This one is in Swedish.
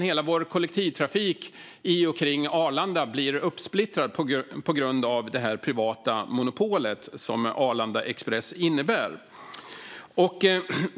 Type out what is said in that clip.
Hela vår kollektivtrafik i och omkring Arlanda blir uppsplittrad på grund av det här privata monopolet som Arlanda Express innebär.